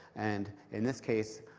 and in this case,